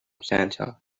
centre